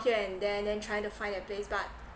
here and there then trying to find the place but